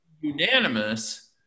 unanimous